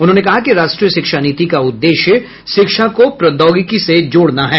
उन्होंने कहा कि राष्ट्रीय शिक्षा नीति का उद्देश्य शिक्षा को प्रौद्योगिकी से जोड़ना है